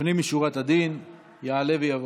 לפנים משורת הדין יעלה ויבוא,